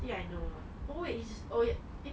I think I know lah oh wait oh eh